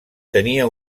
tenia